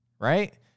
Right